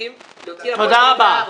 תודה רבה.